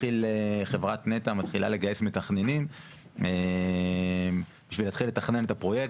חברת נת"ע מתחילה לגייס מתכננים בשביל לתכנן את הפרויקט.